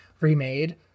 remade